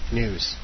news